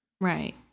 Right